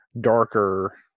darker